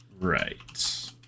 Right